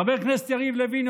חבר הכנסת יריב לוין,